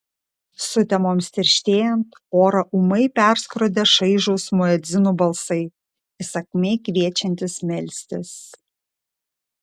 sutemoms tirštėjant orą ūmai perskrodė šaižūs muedzinų balsai įsakmiai kviečiantys melstis